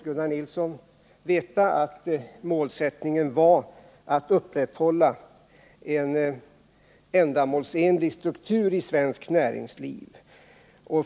Gunnar Nilsson borde veta att målsättningen var att upprätthålla en ändamålsenlig struktur i svenskt näringsliv.